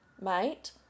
mate